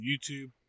YouTube